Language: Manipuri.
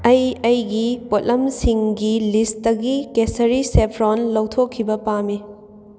ꯑꯩ ꯑꯩꯒꯤ ꯄꯣꯠꯂꯝꯁꯤꯡꯒꯤ ꯂꯤꯁꯇꯒꯤ ꯀꯦꯁꯔꯤ ꯁꯦꯐ꯭ꯔꯣꯟ ꯂꯧꯊꯣꯛꯈꯤꯕ ꯄꯥꯝꯃꯤ